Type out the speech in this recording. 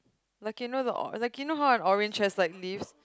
like you know the or~ like you know how an orange has like leaves